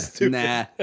Nah